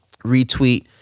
retweet